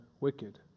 wicked